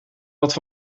wat